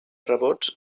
rebrots